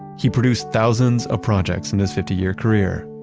he produced thousands of projects in his fifty year career.